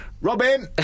Robin